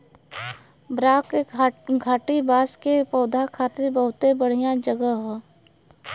बराक घाटी बांस के पौधा खातिर बहुते बढ़िया जगह हौ